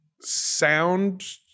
sound